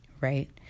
right